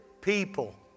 people